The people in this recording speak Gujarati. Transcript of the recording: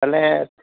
અને